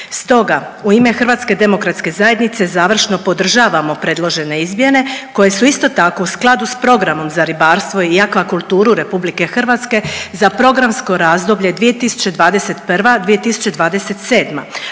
Stoga u ime Hrvatske demokratske zajednice završno podržavamo predložene izmjene koje su isto tako u skladu sa Programom za ribarstvo i aquakulturu Republike Hrvatske za programsko razdoblje 2021.-2027.